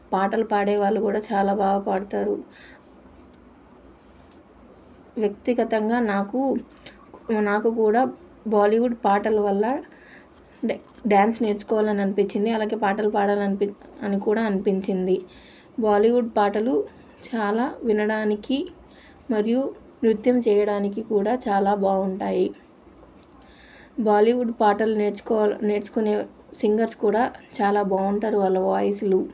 పాటలు పాడేవాళ్ళు కూడా చాలా బా పాడుతారు వ్యక్తిగతంగా నాకు నాకు కూడా బాలీవుడ్పాటల వల్ల డ్యా డ్యాన్స్ నేర్చుకోవాలనిపించింది అలాగే పాటలు పాడాలనిపి అని కూడా అనిపించింది బాలీవుడ్ పాటలు చాలా వినడానికి మరియు నృత్యం చెయ్యడానికి కూడా చాలా బాగుంటాయి బాలీవుడ్ పాటలు నేర్చుకోవాల్ నేర్చుకునే సింగర్స్ కూడా చాలా బాగుంటారు వాళ్ళ వాయిసులు